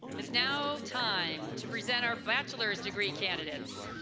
is now time to present our bachelor's degree candidates!